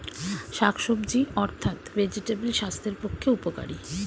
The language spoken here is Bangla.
শাকসবজি অর্থাৎ ভেজিটেবল স্বাস্থ্যের পক্ষে উপকারী